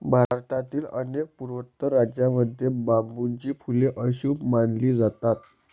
भारतातील अनेक पूर्वोत्तर राज्यांमध्ये बांबूची फुले अशुभ मानली जातात